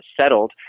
settled